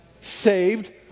Saved